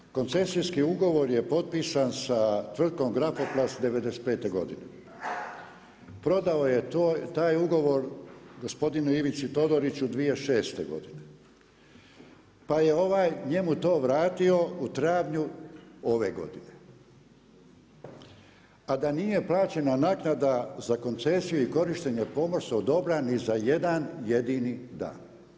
Naime, koncesijski ugovor je potpisan sa Tvrtkom Grafoplast '95. godine, prodao je taj ugovor gospodinu Ivici Todoriću 2006. godine, pa je ovaj njemu to vratio u travnju ove godine, a da nije plaćena naknada za koncesiju i korištenje pomorskog dobra ni za jedan jedini dan.